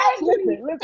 Listen